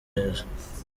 neza